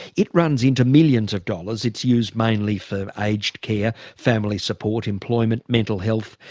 it runs into millions of dollars. it's used mainly for aged care, family support, employment, mental health,